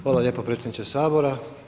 Hvala lijepo predsjedniče Sabora.